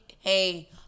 hey